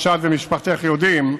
כמו שאת ומשפחתך יודעים.